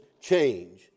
change